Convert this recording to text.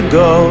go